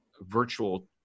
virtual